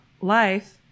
life